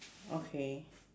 okay